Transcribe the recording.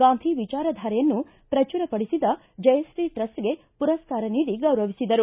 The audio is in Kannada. ಗಾಂಧಿ ವಿಚಾರಧಾರೆಯನ್ನು ಪ್ರಚುರಪಡಿಸಿದ ಜಯಶ್ರೀ ಟ್ರಸ್ಟ್ಗೆ ಮರಸ್ಕಾರ ನೀಡಿ ಗೌರವಿಸಿದರು